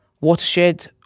Watershed